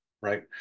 right